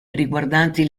riguardanti